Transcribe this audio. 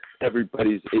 everybody's